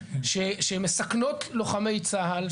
שמסכנות לוחמי צה"ל.